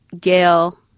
Gail